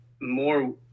more